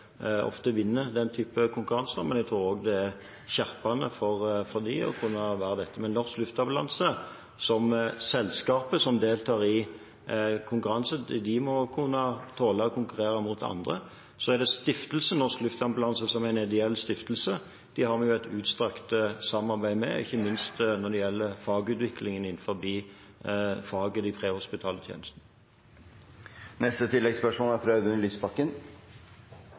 ofte vinner den typen konkurranser, men jeg tror også det er skjerpende for dem å kunne være med på dette. Men Norsk Luftambulanse, som et selskap som deltar i konkurranse, må kunne tåle å konkurrere mot andre. Så er det Stiftelsen Norsk Luftambulanse, som er en ideell stiftelse. Dem har vi et utstrakt samarbeid med, ikke minst når det gjelder fagutviklingen innenfor faget de